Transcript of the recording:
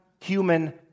human